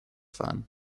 fan